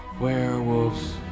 werewolves